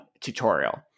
tutorial